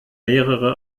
mehrere